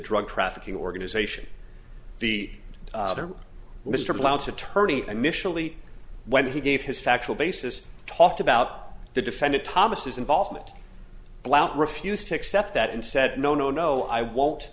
drug trafficking organization the mr blount's attorney initially when he gave his factual basis talked about the defendant thomas involvement blount refused to accept that and said no no no i won't